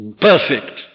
perfect